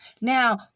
Now